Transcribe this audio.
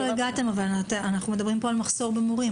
אנחנו מדברים פה על מחסור במורים.